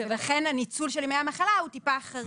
לכן הניצול של ימי המחלה הוא פשוט חריג.